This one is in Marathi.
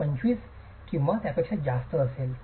25 किंवा त्यापेक्षा जास्त असेल